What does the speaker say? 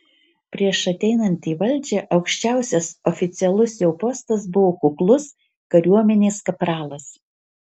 prieš ateinant į valdžią aukščiausias oficialus jo postas buvo kuklus kariuomenės kapralas